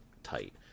tight